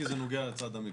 כי זה נוגע לצד המקצועי.